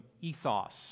ethos